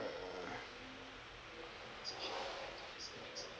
uh